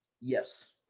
Yes